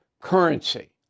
currency